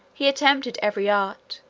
he attempted every art,